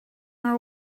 our